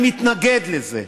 אני מתנגד לזה,